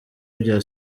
bya